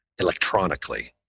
electronically